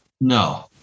No